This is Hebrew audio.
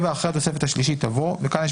(7)אחרי התוספת השלישית יבוא: וכאן יש